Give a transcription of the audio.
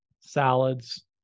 salads